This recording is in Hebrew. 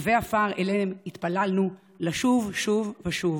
רגבי עפר שאליהם התפללנו לשוב שוב ושוב,